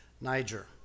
Niger